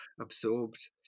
absorbed